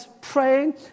praying